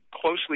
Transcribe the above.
closely